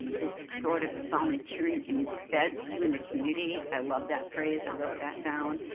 this sort of volunteering embeds you in the community, i love that phrase, i wrote that down.